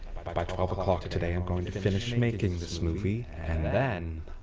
by by twelve o'clock today i'm going to finish making this movie and then,